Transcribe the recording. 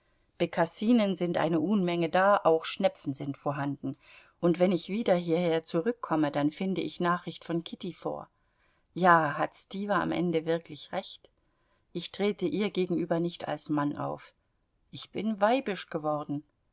bekassinen sind eine unmenge da auch schnepfen sind vorhanden und wenn ich wieder hierher zurückkomme dann finde ich nachricht von kitty vor ja hat stiwa am ende wirklich recht ich trete ihr gegenüber nicht als mann auf ich bin weibisch geworden